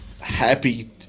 happy